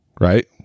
right